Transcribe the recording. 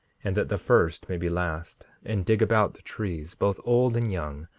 and that the first may be last, and dig about the trees, both old and young,